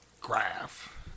graph